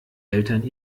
eltern